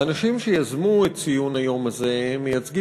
האנשים שיזמו את ציון היום הזה מייצגים